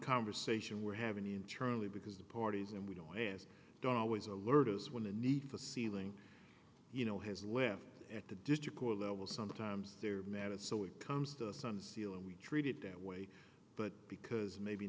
conversation we're having internally because the parties and we don't know and don't always alert as when a need for a ceiling you know has left at the district court level sometimes they're mad at so it comes to us on seal and we treated that way but because maybe